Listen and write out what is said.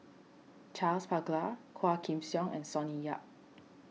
Charles Paglar Quah Kim Song and Sonny Yap